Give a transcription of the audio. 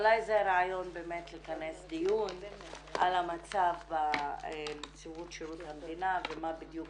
אולי זה רעיון באמת לכנס דיון על המצב בנציבות שירות המדינה ומה בדיוק